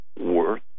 worth